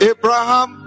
Abraham